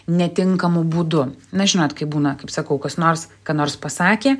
netinkamu būdu na žinot kaip būna kaip sakau kas nors ką nors pasakė